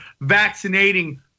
vaccinating